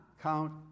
count